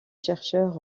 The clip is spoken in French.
chercheur